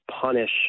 punish